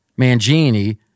Mangini